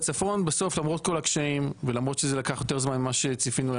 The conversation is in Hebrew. בצפון בסוף למרות כל הקשיים ולמרות שזה לקח יותר זמן ממה שציפינו,